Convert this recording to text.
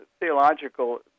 theological